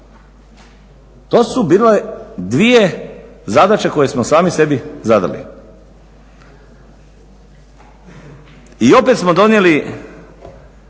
To su bile dvije zadaće koje smo sami sebi zadali. I opet smo donijeli